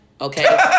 okay